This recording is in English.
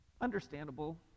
Understandable